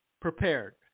prepared